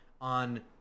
on